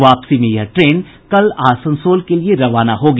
वापसी में यह ट्रेन कल आसनसोल के लिये रवाना होगी